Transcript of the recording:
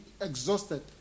exhausted